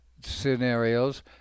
scenarios